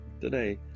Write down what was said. Today